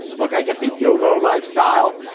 look, i get the yolo lifestyle,